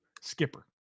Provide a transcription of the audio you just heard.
Skipper